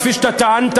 כפי שאתה טענת,